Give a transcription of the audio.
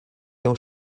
deu